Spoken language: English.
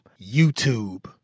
YouTube